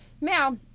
now